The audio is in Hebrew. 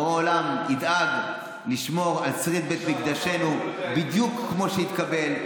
בורא עולם ידאג לשמור על שריד בית מקדשנו בדיוק כמו שהתקבל,